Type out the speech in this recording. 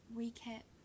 recap